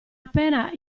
appena